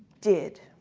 did.